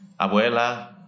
abuela